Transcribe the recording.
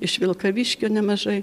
iš vilkaviškio nemažai